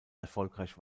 erfolgreich